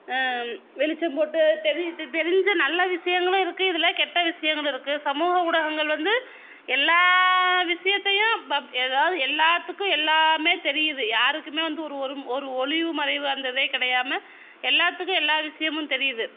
வெளிச்சம் போட்டு தெரிந் தெரிஞ்ச நல்ல விஷயங்களும் இருக்குது இதில் கெட்ட விஷயங்களும் இருக்குது சமூக ஊடகங்கள் வந்து எல்லா விஷயத்தையும் பப் எதாவது எல்லாத்துக்கும் எல்லாமே தெரியிது யாருக்குமே வந்து ஒரு ஒரு ஒரு ஒளிவு மறைவு அந்த இதே கிடையாம எல்லாத்துக்கும் எல்லா விஷயமும் தெரியுது